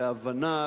בהבנה,